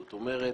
זאת אומרת,